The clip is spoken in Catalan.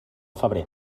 febrer